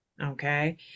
Okay